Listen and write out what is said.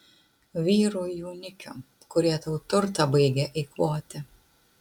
vyrų jaunikių kurie tau turtą baigia eikvoti